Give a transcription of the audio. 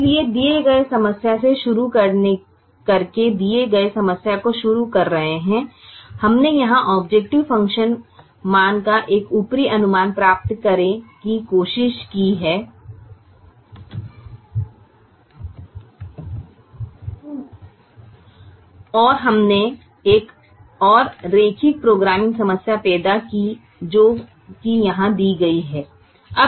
इसलिए दिए गए समस्या से शुरू करके दिए गए समस्या को शुरू कर रहे हैं हमने यहाँ ऑबजेकटिव फ़ंक्शन मान का एक ऊपरी अनुमान प्राप्त करने की कोशिश की है और हमने एक और रैखिक प्रोग्रामिंग समस्या पैदा की जो कि यहां दी गई है